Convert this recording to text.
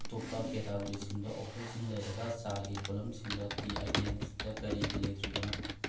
ꯑꯇꯣꯞꯄꯥ ꯀꯦꯇꯥꯒꯣꯔꯤꯁꯤꯡꯗ ꯑꯣꯐꯔꯁꯤꯡ ꯂꯩꯔꯒ ꯆꯥꯒꯤ ꯄꯣꯠꯂꯝꯁꯤꯡꯗ ꯇꯤ ꯑꯥꯏꯇꯦꯝꯁꯇ ꯀꯔꯤꯒꯤ ꯂꯩꯇ꯭ꯔꯤꯕꯅꯣ